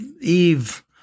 Eve